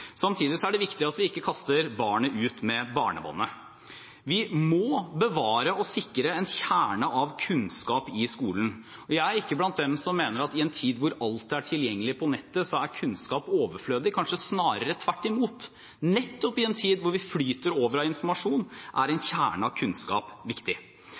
er det viktig at vi ikke kaster barnet ut med badevannet. Vi må bevare og sikre en kjerne av kunnskap i skolen. Jeg er ikke blant dem som mener at i en tid da alt er tilgjengelig på nettet, er kunnskap overflødig, kanskje snarere tvert imot: Nettopp i en tid da det flyter over av informasjon, er en kjerne av kunnskap viktig.